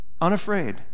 unafraid